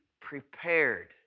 prepared